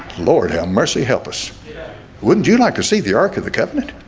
lord he'll mercy help us wouldn't you like to see the ark of the covenant?